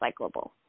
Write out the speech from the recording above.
recyclable